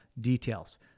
details